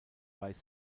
weiß